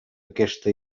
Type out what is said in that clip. aquesta